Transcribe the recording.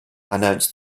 announced